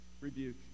rebuke